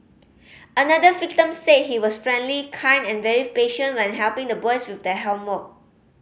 another victim said he was friendly kind and very patient when helping the boys with their homework